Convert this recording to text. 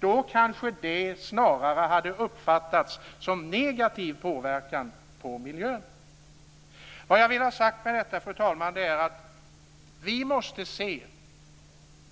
Då kanske det snarare hade uppfattats som negativ påverkan på miljön. Vad jag vill ha sagt med detta, fru talman, är att vi måste se